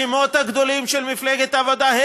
השמות הגדולים של מפלגת העבודה,